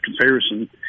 comparison